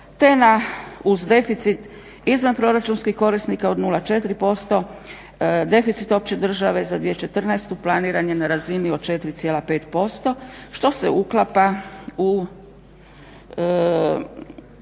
te uz deficit izvanproračunskih korisnika od 0,4%, deficit opće države za 2014. planiran je na razini od 4,5% što se uklapa u